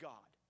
God